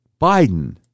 Biden